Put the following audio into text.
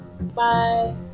Bye